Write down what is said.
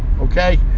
Okay